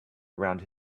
around